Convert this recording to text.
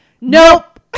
nope